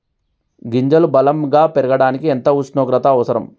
గింజలు బలం గా పెరగడానికి ఎంత ఉష్ణోగ్రత అవసరం?